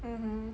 mmhmm